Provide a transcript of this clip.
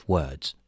Words